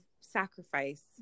sacrifice